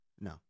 No